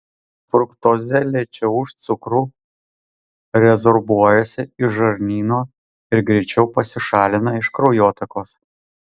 fruktozė lėčiau už cukrų rezorbuojasi iš žarnyno ir greičiau pasišalina iš kraujotakos